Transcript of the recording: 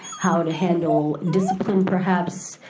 how to handle discipline perhaps,